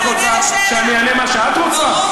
מה את רוצה, שאני אענה מה שאת רוצה?